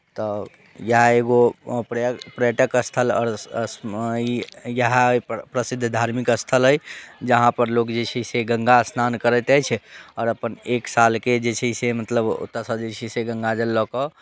तऽ इएह एगो पर्य पर्यटक स्थल इएह प्रसिद्ध धार्मिक स्थल अइ जहाँपर लोक जे छै से गङ्गा स्नान करैत अछि आओर अपन एक सालके जे छै से मतलब ओतयसँ जे छै से गङ्गाजल लऽ कऽ